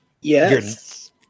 Yes